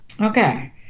Okay